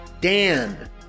Dan